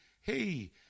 hey